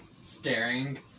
staring